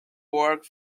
work